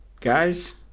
Guys